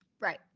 right